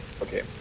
Okay